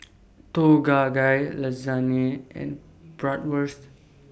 Tom Kha Gai Lasagne and Bratwurst